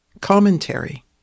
Commentary